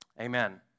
Amen